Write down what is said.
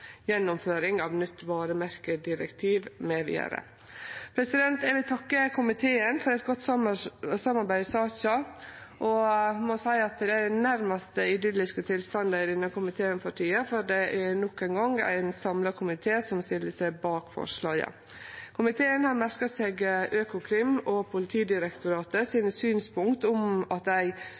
Eg vil takke komiteen for godt samarbeid i saka. Eg må seie at det nærmast er idylliske tilstandar i denne komiteen for tida, for det er nok ein gong ein samla komité som stiller seg bak forslaget. Komiteen har merka seg synspunkta til Økokrim og Politidirektoratet om at ei utviding som føreslått, vil kunne føre til at